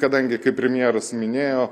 kadangi kaip premjeras minėjo